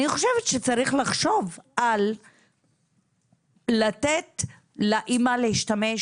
אני חושבת שצריך לחשוב על לתת לאימא להשתמש,